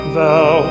Thou